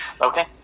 Okay